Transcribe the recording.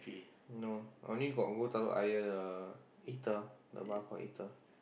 no I only got go Telok-Ayer the the bar called